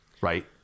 right